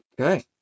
Okay